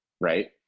right